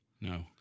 no